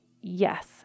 yes